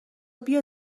بیا